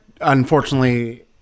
unfortunately